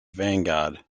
vanguard